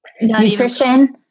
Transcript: nutrition